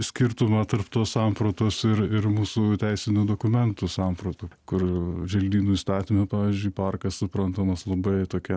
skirtumą tarp tos sampratos ir ir mūsų teisinių dokumentų sampratų kur želdynų įstatyme pavyzdžiui parkas suprantamas labai tokia